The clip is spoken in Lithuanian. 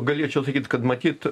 galėčiau sakyt kad matyt